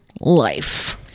Life